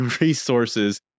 resources